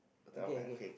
okay okay